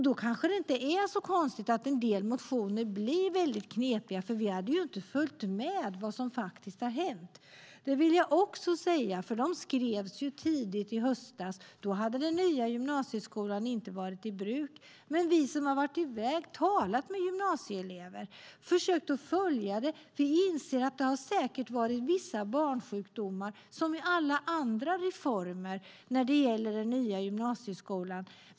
Då kanske det inte är så konstigt att en del motioner blir väldigt knepiga, för då visste vi inte vad som faktiskt sedan har hänt. De skrevs ju tidigt i höstas. Då hade den nya gymnasieskolan inte varit i bruk. Vi som har talat med gymnasieelever och försökt följa detta inser att det säkert har varit vissa barnsjukdomar, som med alla andra reformer, när det gäller den nya gymnasieskolan.